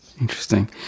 Interesting